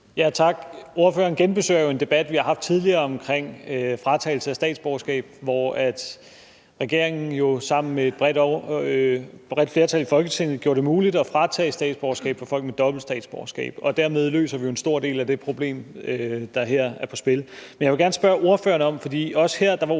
(S): Tak. Ordføreren genbesøger jo en debat, vi tidligere har haft om fratagelse af statsborgerskab, hvor regeringen sammen med et bredt flertal i Folketinget gjorde det muligt at tage statsborgerskabet fra folk med dobbelt statsborgerskab, og dermed løser vi jo en stor del af det problem, der her er på tale. Men jeg vil gerne spørge ordføreren – for også her var ordføreren